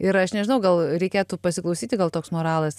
ir aš nežinau gal reikėtų pasiklausyti gal toks moralas